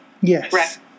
Yes